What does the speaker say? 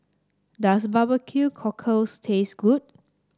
does bbq cockle taste good